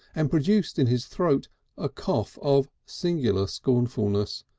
and produced in his throat a cough of singular scornfulness,